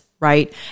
Right